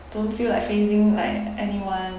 don't feel like facing like anyone